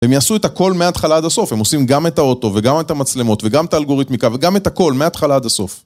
הם יעשו את הכל מההתחלה עד הסוף, הם עושים גם את האוטו וגם את המצלמות וגם את האלגוריתמיקה וגם את הכל מההתחלה עד הסוף.